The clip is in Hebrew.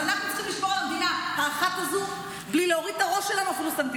אז אנחנו צריכים לשמור על המדינה האחת הזאת בלי להוריד את הראש סנטימטר.